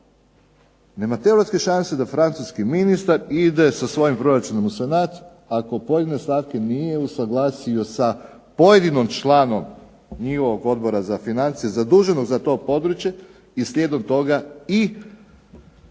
nema teoretski šanse da francuski ministar ide sa svojim proračunom u Senat ako pojedine stavke nije usuglasio sa pojedinim članom njihovog Odbora za financije zaduženog za to područje i slijedom toga i